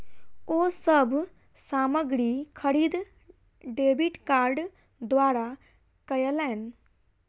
ओ सब सामग्री खरीद डेबिट कार्ड द्वारा कयलैन